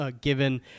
given